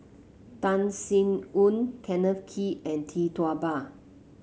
Tan Sin Aun Kenneth Kee and Tee Tua Ba